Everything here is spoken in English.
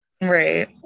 right